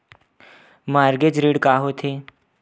Mortgage ऋण का होथे?